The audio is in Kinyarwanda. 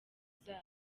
zabo